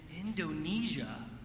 Indonesia